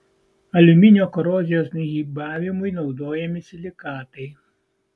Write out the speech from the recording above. aliuminio korozijos inhibavimui naudojami silikatai